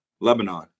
Lebanon